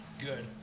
Good